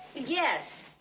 yes?